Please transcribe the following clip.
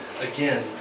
again